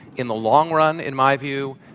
in the long run, in my view,